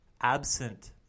absent